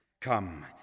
Come